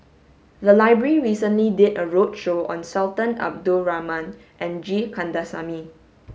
the library recently did a roadshow on Sultan Abdul Rahman and G Kandasamy